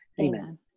Amen